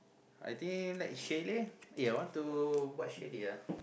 I think like chalet aye I want to what chalet ah